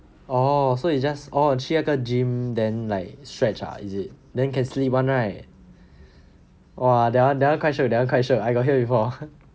oh so it's just oh !chey! I thought gym then like stretch ah is it then can sleep [one] right !wah! that [one] that [one] quite chill that [one] quite chill I got hear before